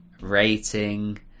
rating